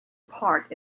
part